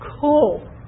cool